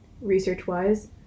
research-wise